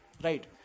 Right